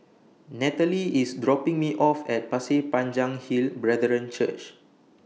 Natalee IS dropping Me off At Pasir Panjang Hill Brethren Church